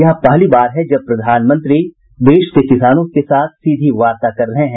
यह पहली बार है जब प्रधानमंत्री देश के किसानों के साथ सीधी वार्ता कर रहे हैं